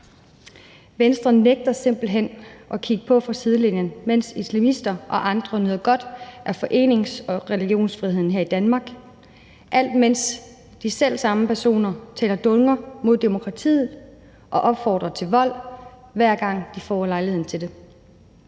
Venstre nægter simpelt hen at kigge på fra sidelinjen, når islamister og andre nyder godt af forenings- og religionsfriheden her i Danmark, alt imens de selv samme personer taler dunder mod demokratiet og opfordrer til vold, hver gang de får lejligheden til det.